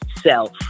self